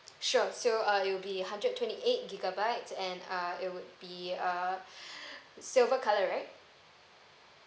sure so uh it'll be hundred and twenty eight gigabytes and uh it would be uh silver color right